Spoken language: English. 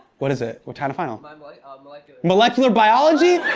what is it, what kind of final? and um like ah molecular molecular biology?